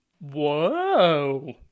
Whoa